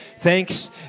thanks